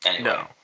No